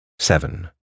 Seven